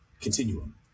continuum